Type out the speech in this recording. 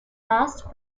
vast